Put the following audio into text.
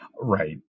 Right